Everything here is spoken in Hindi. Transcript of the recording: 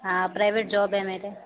हाँ प्राइवेट जॉब है मेरे